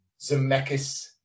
Zemeckis